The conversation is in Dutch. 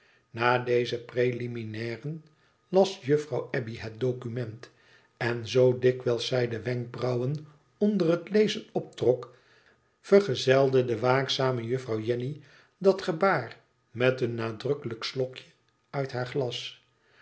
na deze preliminairen las juffrouw abbey het document en zoo dikwijls zij de wenkbrauwen onder het lezen optrok vergezelde de waakzame juffrouw jenny dat gebaar met een nadrukkelijk slokje uit haar glas